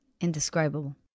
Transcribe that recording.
indescribable